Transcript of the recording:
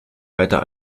weiter